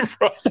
Right